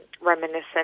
reminiscent